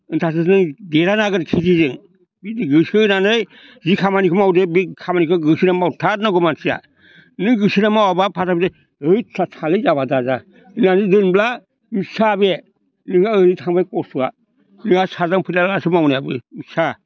होनब्लासो नों देरहानो हागोन खेथिजों बिदि गोसो होनानै जि खामानिखो मावदो बि खामानिखो गोसो होनानै मावथारनांगौ मानसिया नों गोसो होनानै मावाब्ला हैद थालै जाबा दाजा बिदि होननानै दोनब्ला मिसा बे नोंहा ओरैनो थांबाय खस्थ'आ नोंहा सांज्रां फैलालासो मावनाया मिसा